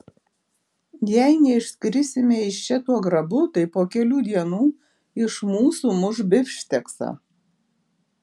jei neišskrisime iš čia tuo grabu tai po kelių dienų iš mūsų muš bifšteksą